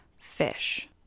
fish